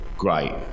great